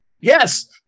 Yes